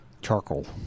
charcoal